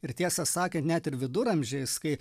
ir tiesą sakė net ir viduramžiais kai